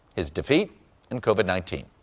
his defeat and covid nineteen.